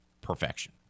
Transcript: perfection